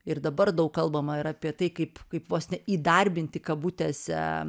ir dabar daug kalbama ir apie tai kaip kaip vos ne įdarbinti kabutėse